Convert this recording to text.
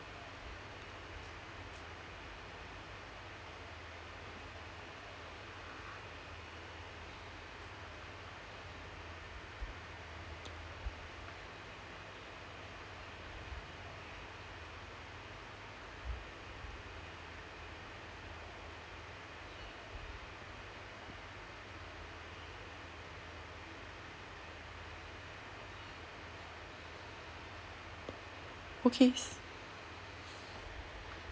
okays